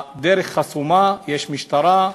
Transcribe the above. הדרך חסומה, יש משטרה,